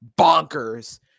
bonkers